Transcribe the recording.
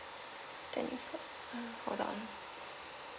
twenty five uh hold on